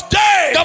day